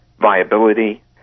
viability